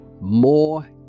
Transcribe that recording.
more